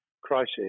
crisis